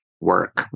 work